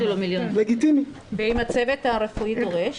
ואם הצוות הרפואי דורש?